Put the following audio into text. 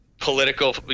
political